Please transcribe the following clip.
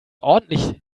ordentlich